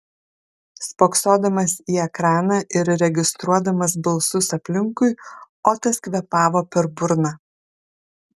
spoksodamas į ekraną ir registruodamas balsus aplinkui otas kvėpavo per burną